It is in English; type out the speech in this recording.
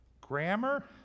grammar